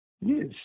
Yes